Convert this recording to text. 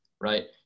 right